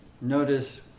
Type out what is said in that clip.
notice